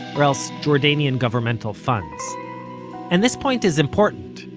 or else jordanian governmental funds and this point is important,